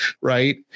Right